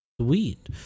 Sweet